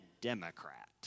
Democrat